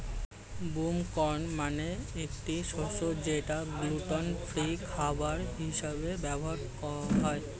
broom corn মানে একটি শস্য যেটা গ্লুটেন ফ্রি খাবার হিসেবে ব্যবহার হয়